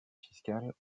fiscal